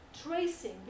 tracing